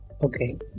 okay